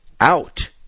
out